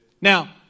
Now